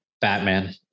Batman